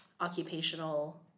occupational